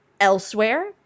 elsewhere